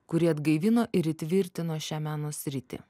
kuri atgaivino ir įtvirtino šią meno sritį